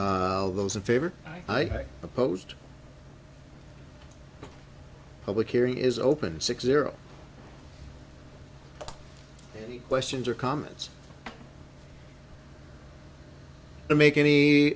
of those in favor i opposed public area is open six zero any questions or comments i make any